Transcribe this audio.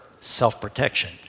self-protection